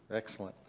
excellent.